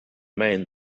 main